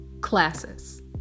classes